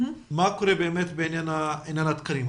מה קורה בעניין התקנים?